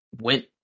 went